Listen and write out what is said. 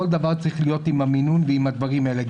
כל דבר צריך להיות עם המינון ועם הדברים האלה.